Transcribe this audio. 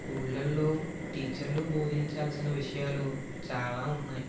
స్కూళ్ళలో టీచర్లు బోధించాల్సిన విషయాలు చాలా ఉన్నాయి